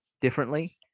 differently